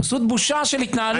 פשוט בושה של התנהלות.